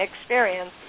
experience